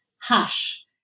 Hush